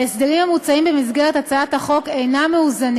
ההסדרים המוצעים במסגרת הצעת החוק אינם מאוזנים